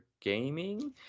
gaming